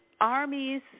armies